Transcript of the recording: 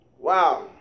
Wow